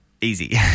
easy